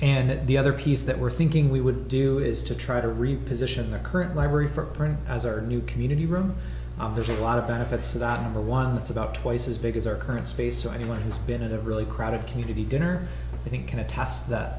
and the other piece that we're thinking we would do is to try to reposition the current library for printing as our new community room there's a lot of benefits of that number one that's about twice as big as our current space so anyone who's been in a really crowded community dinner i think can attest